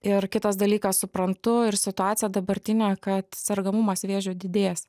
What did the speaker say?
ir kitas dalykas suprantu ir situaciją dabartinę kad sergamumas vėžiu didės